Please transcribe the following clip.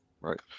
right